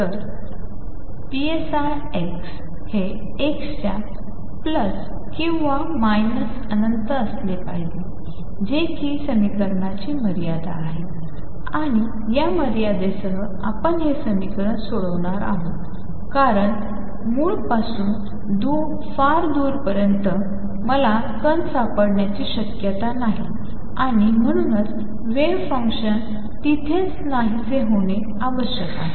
तर psi x हे x च्या किंवा अनंत ० असले पाहिजे हि समीकरणांची मर्यादा आहे या मर्यादेसह आपण हे समीकरण सोडवणार आहोत कारण मूळपासून फार दूरपर्यंत मला कण सापडण्याची शक्यता नाही आणि म्हणूनच वेव्ह फंक्शन तेथेच नाहीसे होणे आवश्यक आहे